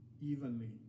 evenly